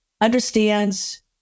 understands